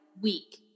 week